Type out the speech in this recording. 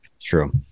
true